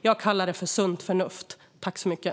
Jag kallar det för sunt förnuft.